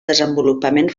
desenvolupament